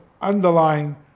underlying